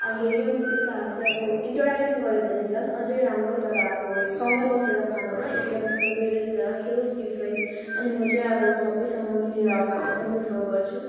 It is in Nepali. हेऱ्यो मुसुक्कै हास्यो अब इन्टरएक्सन गऱ्यो भने राम्रो तर अब सँगै बसेर खानु र एक्लै बस्नुमा there is a huge different अनि म चाहिँ अब सबैसँग मिलेर खाएको नै प्रिफर गर्छु